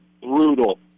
brutal